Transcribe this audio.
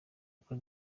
uko